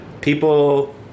People